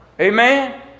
Amen